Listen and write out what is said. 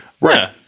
Right